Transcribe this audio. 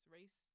Race